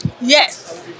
Yes